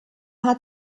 hat